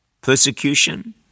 persecution